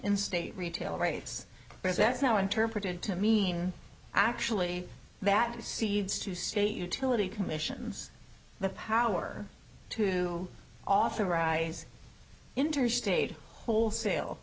in state retail rates because that's now interpreted to mean actually that the seeds to state utility commissions the power to authorize interstate wholesale